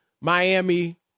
Miami